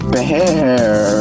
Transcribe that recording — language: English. Bear